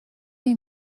این